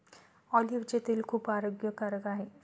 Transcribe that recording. ऑलिव्हचे तेल खूप आरोग्यकारक आहे